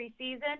preseason